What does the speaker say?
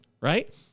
right